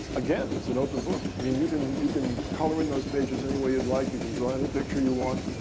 again, it's an open book. i mean you can you can color in those pages any way you'd like. you can draw any picture you want.